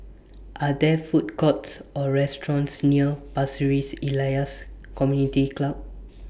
Are There Food Courts Or restaurants near Pasir Ris Elias Community Club